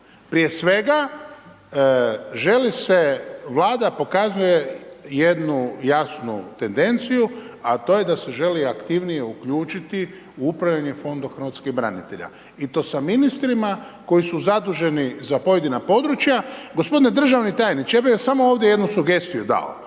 Prije svega želi se Vlada pokazuje jednu jasnu tendenciju, a to je da se želi aktivnije uključiti u upravljanje Fondom hrvatskih branitelja i to sa ministrima koji su zaduženi za pojedina područja. Gospodine državni tajniče, ja bih vam samo ovdje jednu sugestiju dao.